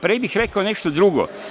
Pre bih rekao nešto drugo.